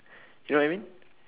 you know what I mean